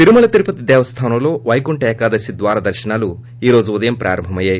తిరుమల తిరుపతి దేవస్థానంలో వైకుంర ఏకాదశి ద్వార దర్శనాలు ఈ రోజు ఉదయం ప్రారంభం అయ్యాయి